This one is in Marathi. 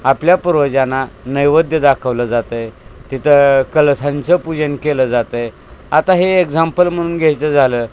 आपल्या पूर्वजांना नैवद्य दाखवलं जातं आहे तिथं कलशाचं पूजन केलं जातं आहे आता हे एक्झाम्पल म्हणून घ्यायचं झालं